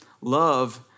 Love